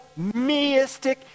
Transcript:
meistic